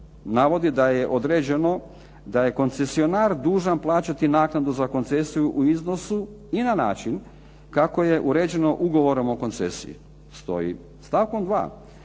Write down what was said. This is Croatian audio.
navodi da je određeno da je koncesionar dužan plaćati naknadu za koncesiju u iznosu i na način kako je uređeno ugovorom o koncesiji. Stoji. Stavkom 2.